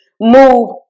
move